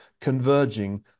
converging